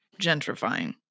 gentrifying